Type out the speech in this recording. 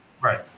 Right